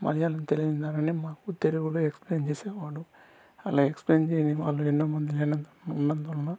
మలయాళం తెలియని దానిని మాకు తెలుగులో ఎక్స్ప్లెయిన్ చేసేవాడు అలా ఎక్స్ప్లెయిన్ ఉన్నందు వలన